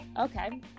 Okay